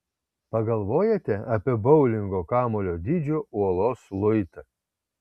pagalvojate apie boulingo kamuolio dydžio uolos luitą